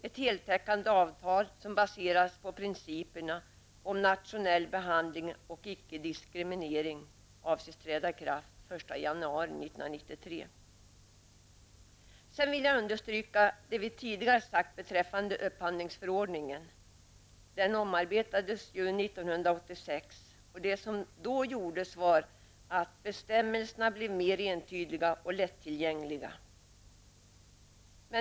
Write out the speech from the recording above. Ett heltäckande avtal baserat på principerna om nationell behandling och ickediskriminering avses träda i kraft den 1 januari Låt mig understryka vad vi tidigare har sagt om upphandlingsförordningen, som omarbetades 1986. Därmed blev bestämmelserna mer entydiga och lättillgängliga.